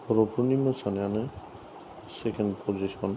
बर'फोरनि मोसानायानो second position